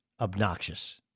obnoxious